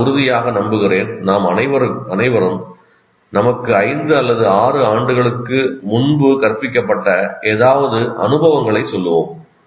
நான் உறுதியாக நம்புகிறேன் நாம் அனைவரும் நமக்கு 5 அல்லது 6 ஆண்டுகளுக்கு முன்பு கற்பிக்கப்பட்ட ஏதாவது அனுபவங்களை சொல்லுவோம்